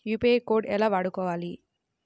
UPI code ఎలా వాడుకోవాలి?